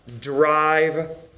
drive